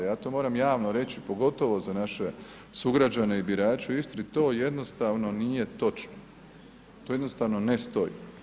Ja to moram javno reći pogotovo za naše sugrađane i birače u Istri, to jednostavno nije točno, to jednostavno ne stoji.